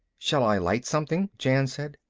shall i light something? jan said.